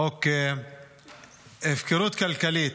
חוק ההפקרות הכלכלית.